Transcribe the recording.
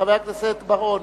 חבר הכנסת בר-און,